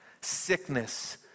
sickness